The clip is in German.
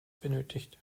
benötigt